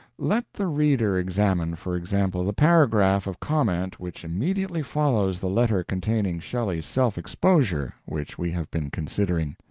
let the reader examine, for example, the paragraph of comment which immediately follows the letter containing shelley's self-exposure which we have been considering.